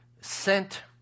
sent